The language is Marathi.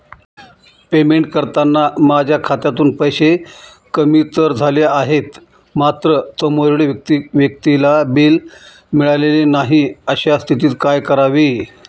पेमेंट करताना माझ्या खात्यातून पैसे कमी तर झाले आहेत मात्र समोरील व्यक्तीला बिल मिळालेले नाही, अशा स्थितीत काय करावे?